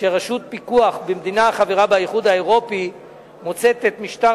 שרשות פיקוח במדינה החברה באיחוד האירופי מוצאת את משטר